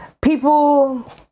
People